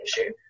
issue